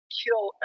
kill